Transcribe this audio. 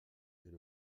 mais